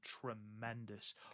tremendous